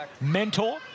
mentor